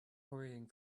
hurrying